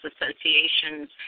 Association's